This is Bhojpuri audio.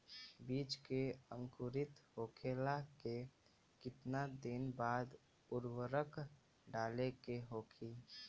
बिज के अंकुरित होखेला के कितना दिन बाद उर्वरक डाले के होखि?